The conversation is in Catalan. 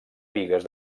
bigues